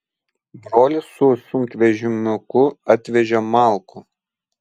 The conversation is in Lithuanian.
brolis su sunkvežimiuku atvežė malkų